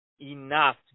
enough